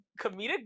comedic